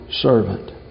servant